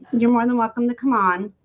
you're more than welcome to come on